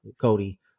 Cody